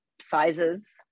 sizes